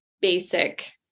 basic